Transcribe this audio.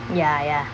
ya ya